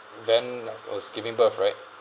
then nad I was giving birth right